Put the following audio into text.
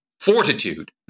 fortitude